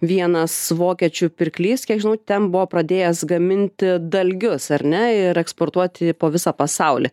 vienas vokiečių pirklys kiek žinau ten buvo pradėjęs gaminti dalgius ar ne ir eksportuoti po visą pasaulį